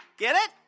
get it?